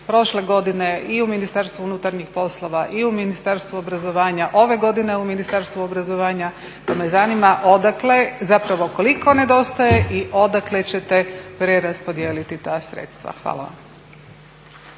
Prošle godine i u Ministarstvu unutarnjih poslova i u Ministarstvu obrazovanja, ove godine u Ministarstvu obrazovanja, pa me zanima odakle, zapravo koliko nedostaje i odakle ćete preraspodijeliti ta sredstva? Hvala